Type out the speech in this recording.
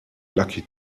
lucky